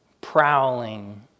prowling